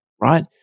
right